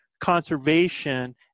conservation